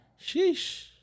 Sheesh